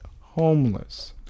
homeless